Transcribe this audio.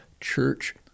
church